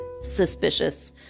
suspicious